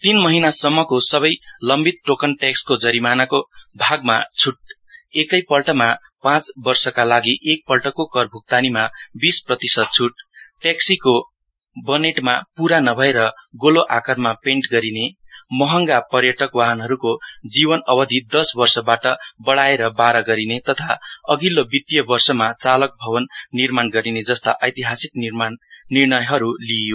तीन महिनासम्मको सबै लम्बित टोकन टेक्सको जरिमानाको भागमा छुटएकै पल्टमा पाँच वर्षको लागि एक पल्टको कर भुक्तानीमा बीस प्रतिसत छुट ट्याक्सिको बनेटमा पूरा नभएर गोलो आकारमा पेन्ट गरिने महङगा पर्यटकवाहनको जीवन अवधि दस दस वर्षबाट बढाएर बार गरिने तथा चालक भवन निर्माण गरिने जस्ता ऐतिहासिक निर्णयहरु लिइयो